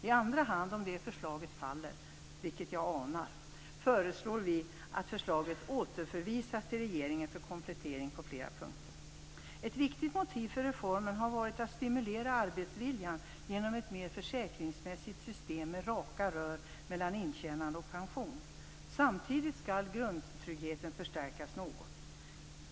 I andra hand, om det förslaget faller, vilket jag anar, föreslår vi att förslaget återförvisas till regeringen för komplettering på flera punkter. Ett viktigt motiv för reformen har varit att stimulera arbetsviljan genom ett mer försäkringsmässigt system med "raka rör" mellan intjänande och pension. Samtidigt skall grundtryggheten förstärkas något.